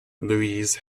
louis